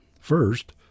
First